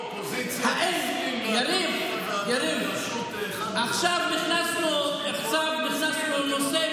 אם האופוזיציה תסכים להקמת הוועדה בראשות אחד מחברי הכנסת הערבים,